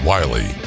Wiley